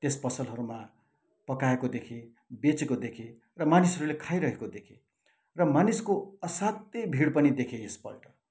त्यस पसलहरूमा पकाएको देखेँ बेचेको देखेँ र मानिसहरूले खाइरहेको देखेँ र मानिसको असाध्यै भिड पनि देखेँ यसपल्ट